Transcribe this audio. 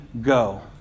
go